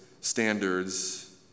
standards